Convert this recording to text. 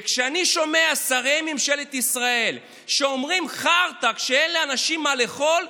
וכשאני שומע את שרי ממשלת ישראל אומרים "חרטא" כשאין לאנשים מה לאכול,